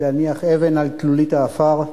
להניח אבן על תלולית העפר.